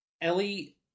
Ellie